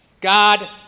God